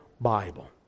Bible